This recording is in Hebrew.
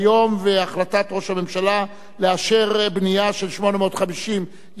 ראש הממשלה לאשר בנייה של 850 יחידות דיור,